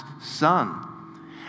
son